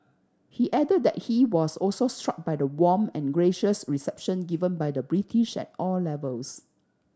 he added that he was also struck by the warm and gracious reception given by the British at all levels